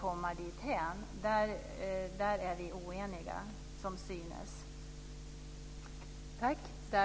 Men när det gäller medlen för att komma dithän är vi som synes oeniga.